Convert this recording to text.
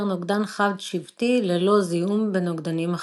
נוגדן חד-שבטי ללא זיהום בנוגדנים אחרים.